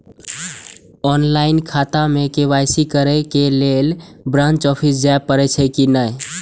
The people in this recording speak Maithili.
ऑनलाईन खाता में के.वाई.सी के लेल ब्रांच ऑफिस जाय परेछै कि नहिं?